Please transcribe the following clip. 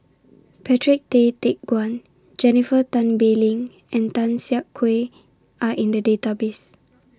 Patrick Tay Teck Guan Jennifer Tan Bee Leng and Tan Siak Kew Are in The Database